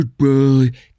Goodbye